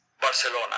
Barcelona